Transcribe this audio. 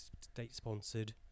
State-sponsored